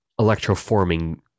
electroforming